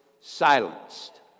silenced